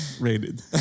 Rated